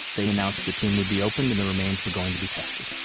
they announced the tomb would be open, and the remains were going to be tested